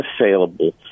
unassailable